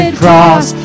cross